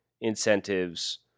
incentives –